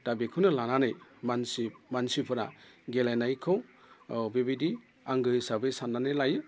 दा बेखौनो लानानै मानसिफोरा गेलेनायखौ बेबायदि आंगो हिसाबै साननानै लायो